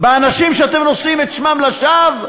באנשים שאתם נושאים את שמם לשווא,